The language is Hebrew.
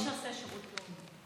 כל מי שעושה שירות לאומי.